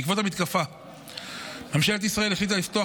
בעקבות המתקפה ממשלת ישראל החליטה לפתוח